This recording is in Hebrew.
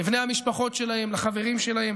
לבני המשפחות שלהם, לחברים שלהם: